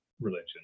religion